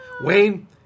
Wayne